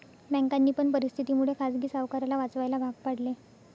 बँकांनी पण परिस्थिती मुळे खाजगी सावकाराला वाचवायला भाग पाडले